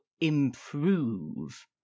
improve